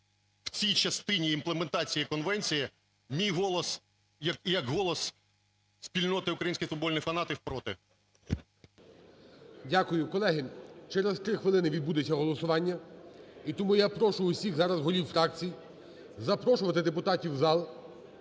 в цій частині імплементації конвенції, мій голос і як голос спільноти українських футбольних фанатів проти. ГОЛОВУЮЧИЙ. Дякую. Колеги, через 3 хвилини відбудеться голосування. І тому прошу всіх зараз голів фракцій запрошувати депутатів в зал.